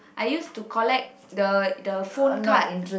I used to collect the the phone card